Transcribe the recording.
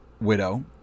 widow